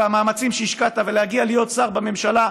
והמאמצים שהשקעת להגיע להיות שר בממשלה,